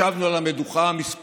ישבנו על המדוכה כמה פגישות,